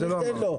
תן לו.